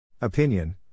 Opinion